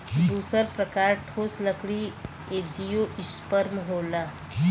दूसर प्रकार ठोस लकड़ी एंजियोस्पर्म होला